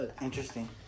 Interesting